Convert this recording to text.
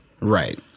Right